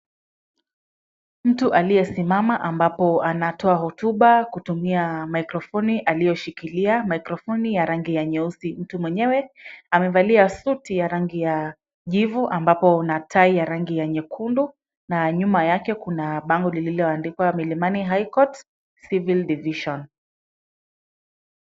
Mtu aliyesimama ambapo anatoa hot ubao kutumia mikrofoni aliyoshikilia, mikrofoni ya rangi nyeusi. Mtu mwenyewe amevalia suti ya rangi ya jivu ambapo tai ya rangi ya nyekundu nanyuma yake kuna bango lililoandikwa Milimani High Court civil division .